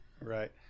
Right